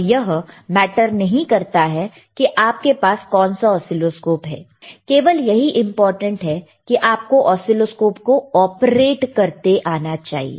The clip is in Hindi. और यह मैटर नहीं करता है कि आपके पास कौन सा ऑसीलोस्कोप केवल यही इंपॉर्टेंट है कि आप को ऑसीलोस्कोप को ऑपरेट करते आना चाहिए